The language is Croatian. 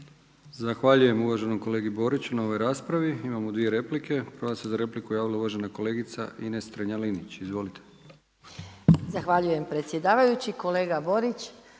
Zahvaljujem uvaženom kolegi Boriću na ovoj raspravi. Imamo dvije replike. Prva se za repliku javila uvažena kolegica Ines Strenja-Linić. Izvolite. **Strenja, Ines (MOST)** Zahvaljujem predsjedavajući. Kolega Borić,